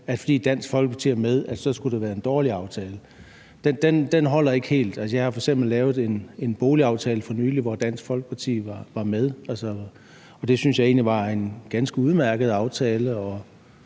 at fordi Dansk Folkeparti er med, skulle det være en dårlig aftale. Altså, jeg har f.eks. for nylig været med til at lave en boligaftale, som Dansk Folkeparti var med i, og det synes jeg egentlig var en ganske udmærket aftale.